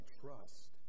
trust